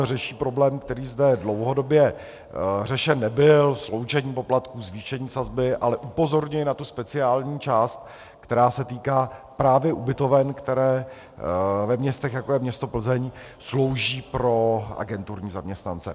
Řeší problém, který zde dlouhodobě řešen nebyl sloučení poplatků, zvýšení sazby , ale upozorňuji na tu speciální část, která se týká právě ubytoven, které ve městech, jako je město Plzeň, slouží pro agenturní zaměstnance.